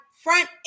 front